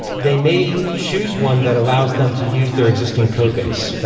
they may choose one that allows them to use their existing code base,